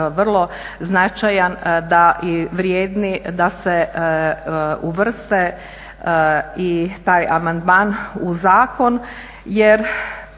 vrlo značajan da se uvrste i taj amandman u zakon.